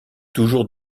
toujours